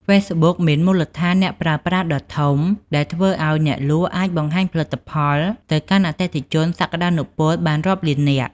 ហ្វេសប៊ុកមានមូលដ្ឋានអ្នកប្រើប្រាស់ដ៏ធំ ដែលធ្វើឱ្យអ្នកលក់អាចបង្ហាញផលិតផលទៅកាន់អតិថិជនសក្តានុពលបានរាប់លាននាក់។